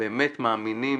באמת מאמינים